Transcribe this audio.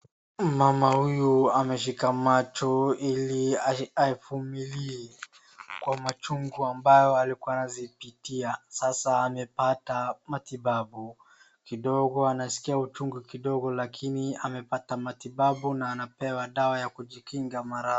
Mama huyu ameshika macho hili avumilie kwa machungu ambayo alikuwa anayapitia. Sasa amepata matibabu. Kidogo anasikia uchungu kidogo lakini amepata matibabu na anapewa dawa ya kujikinga maradhi.